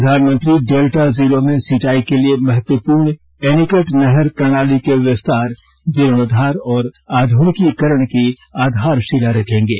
प्रधानमंत्री डेल्टा जिलों में सिंचाई के लिए महत्वपूर्ण एनीकट नहर प्रणाली के विस्तार जीर्णोद्वार और आधुनिकीकरण की आधारशिला रखेंगे